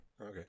Okay